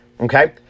Okay